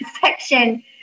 section